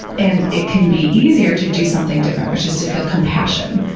and it can be easier to do something different, which is to feel compassion.